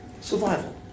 Survival